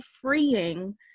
freeing